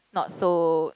not so